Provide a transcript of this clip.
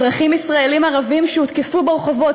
אזרחים ישראלים ערבים שהותקפו ברחובות,